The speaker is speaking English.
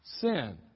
Sin